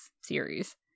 series